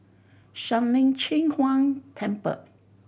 Shuang Lin Cheng Huang Temple